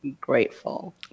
grateful